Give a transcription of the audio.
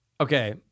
okay